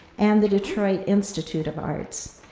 and the detroit institute of art.